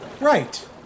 Right